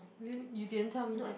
really you didn't tell me that